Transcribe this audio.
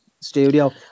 studio